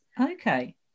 Okay